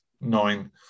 nine